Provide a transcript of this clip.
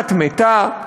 כמעט מתה,